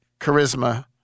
charisma